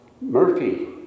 Murphy